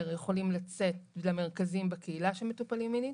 יכולים לצאת למרכזים בקהילה שמטופלים מינית.